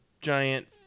giant